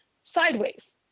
sideways